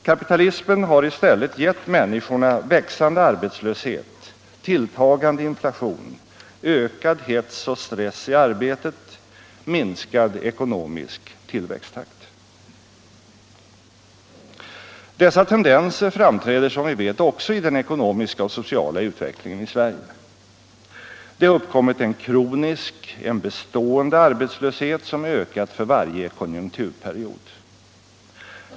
Kapitalismen har i stället gett människorna växande arbetslöshet, tilltagande inflation, ökad hets och stress i arbetet, minskad ekonomisk tillväxttakt. Dessa tendenser framträder som vi vet också i den ekonomiska och sociala utvecklingen i Sverige. Det har uppkommit en kronisk, en bestående arbetslöshet som ökat för varje konjunkturperiod.